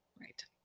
Right